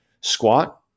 squat